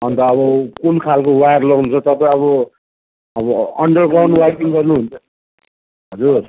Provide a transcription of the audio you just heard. अन्त अब कुन खालको वायर लाउनु हुन्छ तपाईँ अब अब अन्डरग्राउन्ड वायरिङ गर्नुहुन्छ हजुर